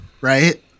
right